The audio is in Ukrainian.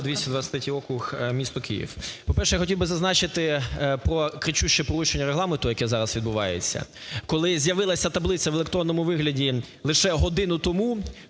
223 округ місто Київ. По-перше, я хотів би зазначити про кричуще порушення Регламенту, яке зараз відбувається, коли з'явилася таблиця в електронному вигляді лише годину тому.